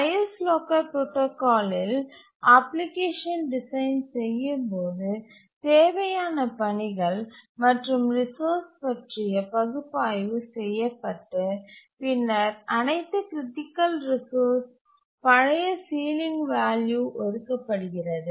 highest locker புரோடாகாலில் application design செய்யும் போது தேவையான பணிகள் மற்றும் ரிசோர்ஸ் பற்றிய பகுப்பாய்வு செய்யப்பட்டு பின்னர் அனைத்து க்ரிட்டிக்கல் ரிசோர்ஸ் பழைய சீலிங் வேல்யூ ஒதுக்கப்படுகிறது